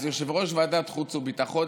אז יושב-ראש ועדת החוץ והביטחון,